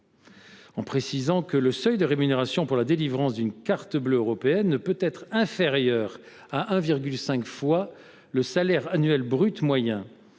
en précisant que le seuil de rémunération pour la délivrance d’une Carte bleue européenne ne peut être inférieur à 1,5 fois le salaire annuel brut moyen.